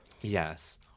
Yes